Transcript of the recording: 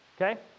Okay